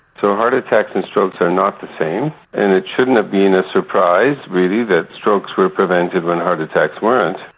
so heart attacks and strokes are not the same and it shouldn't have been a surprise really that strokes were prevented when heart attacks weren't.